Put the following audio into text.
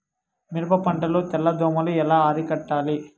మిరప పంట లో తెల్ల దోమలు ఎలా అరికట్టాలి?